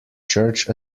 church